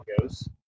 goes